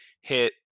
hit